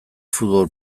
futbol